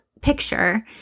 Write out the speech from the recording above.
picture